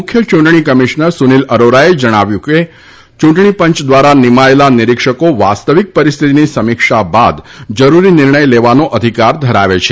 મુખ્ય ચૂંટણી કમિશ્નર સુનિલ અરોરાએ જણાવ્યું હતું કે ચૂંટણી પંચ દ્વારા નિમાયેલા નિરીક્ષકો વાસ્તવિક પરિસ્થિતિની સમીક્ષા બાદ જરૂરી નિર્ણય લેવાનો અધિકાર ધરાવે છે